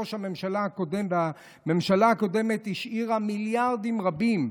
ראש הממשלה הקודם והממשלה הקודמת השאירו מיליארדים רבים,